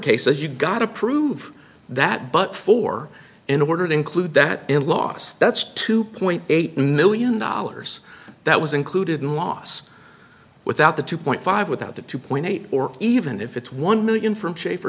case as you got to prove that but for in order to include that last that's two point eight million dollars that was included in los without the two point five without a two point eight or even if it's one million from chafer